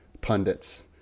pundits